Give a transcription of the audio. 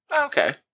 Okay